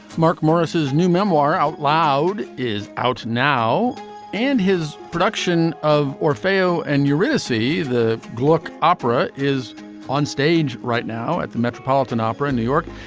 mark morris's new memoir out loud is out now and his production of or fail and you're gonna see the gluck opera is on stage right now at the metropolitan opera in new york.